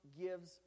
gives